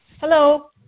Hello